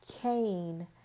Cain